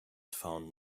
found